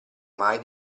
mai